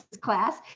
class